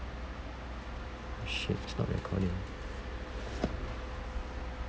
shit it's not recording